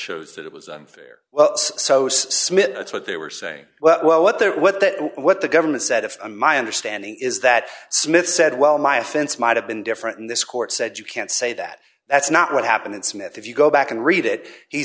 shows that it was unfair well so smith that's what they were saying well what they're what that what the government said if my understanding is that smith said well my offense might have been different in this court said you can't say that that's not what happened in smith if you go back and read it he